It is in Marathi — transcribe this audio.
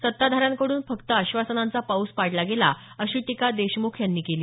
सत्ताधाऱ्या कड्रन फक्त आश्वासनांचा पाऊस पाडला गेला अशी टीका देशमुख यांनी केली